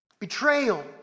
Betrayal